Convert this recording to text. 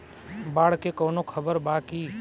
बाढ़ के कवनों खबर बा की?